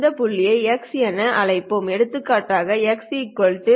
இந்த புள்ளியை x என அழைப்போம் எடுத்துக்காட்டாக x 2